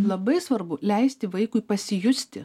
labai svarbu leisti vaikui pasijusti